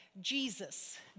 jesus